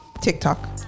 tiktok